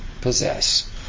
possess